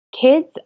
kids